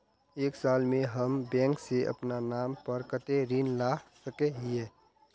एक साल में हम बैंक से अपना नाम पर कते ऋण ला सके हिय?